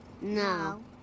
No